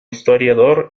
historiador